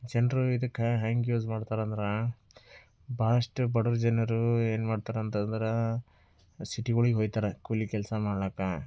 ಜನರು ಇದಕ್ಕೆ ಹೆಂಗೆ ಯೂಸ್ ಮಾಡ್ತಾರೆ ಅಂದ್ರೆ ಭಾಳಷ್ಟು ಬಡ ಜನರು ಏನು ಮಾಡ್ತಾರಂತಂದ್ರೆ ಸಿಟಿಗಳಿಗೆ ಹೋಗ್ತಾರೆ ಕೂಲಿ ಕೆಲಸ ಮಾಡ್ಲಿಕ್ಕೆ